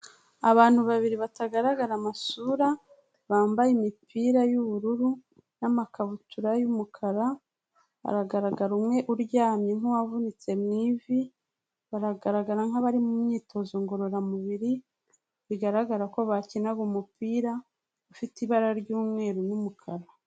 Abantu babiri batagaragara amasura, bambaye imipira y'ubururu n'amakabutura y'umukara, haragaragara umwe uryamye nk'uwavunitse mu ivi, baragaragara nk'abari mu myitozo ngororamubiri, bigaragara ko bakinaga umupira ufite ibara ry'umweru n'umukara.